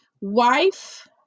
wife